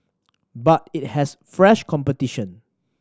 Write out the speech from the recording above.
but it has fresh competition